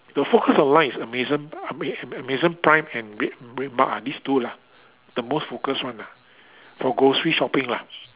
the focused online is Amazon Ama~ Amazon prime and red RedMart ah these two lah the most focused one ah for grocery shopping lah